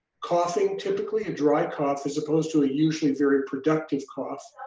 coughing, typically a dry cough as opposed to a usually very productive cough,